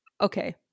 okay